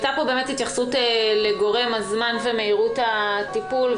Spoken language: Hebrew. הייתה פה התייחסות לגורם הזמן ומהירות הטיפול.